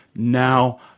now,